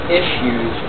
issues